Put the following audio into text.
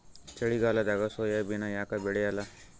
ಚಳಿಗಾಲದಾಗ ಸೋಯಾಬಿನ ಯಾಕ ಬೆಳ್ಯಾಲ?